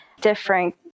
different